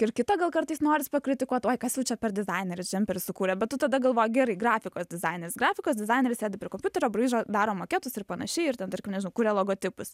ir kita gal kartais noris pakritikuot uoj kas jau čia per dizaineris džemperį sukūrė bet tu tada galvoji gerai grafikos dizaineris grafikos dizaineris sėdi prie kompiuterio braižo daro maketus ir panašiai ir tarkim kuria logotipus